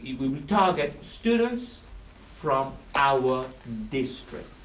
we will target students from our district.